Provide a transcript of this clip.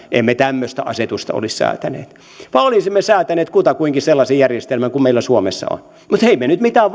emme tämmöistä asetusta olisi säätäneet vaan olisimme säätäneet kutakuinkin sellaisen järjestelmän kuin meillä suomessa on mutta emme me nyt vaan mitään